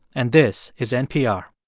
and this is npr